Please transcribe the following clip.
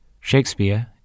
Shakespeare